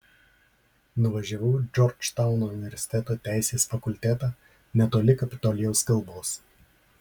nuvažiavau į džordžtauno universiteto teisės fakultetą netoli kapitolijaus kalvos